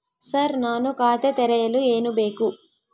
Sir ನಾನು ಖಾತೆ ತೆರೆಯಲು ಏನು ಬೇಕು?